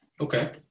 Okay